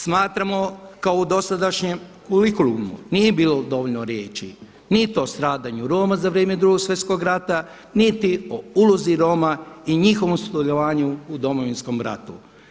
Smatramo kako u dosadašnjem kurikulumu nije bilo dovoljno riječi niti o stradanju Roma za vrijeme Drugog svjetskog rata niti o ulozi Roma i njihovom sudjelovanju u Domovinskom ratu.